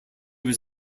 was